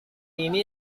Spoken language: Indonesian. ini